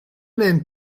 même